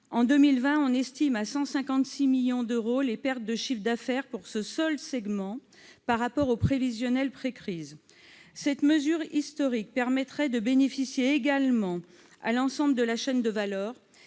En 2020, on estime à 156 millions d'euros les pertes de chiffre d'affaires pour ce seul segment par rapport au prévisionnel pré-crise. Cette mesure historique bénéficierait également à l'ensemble de la chaîne de valeur,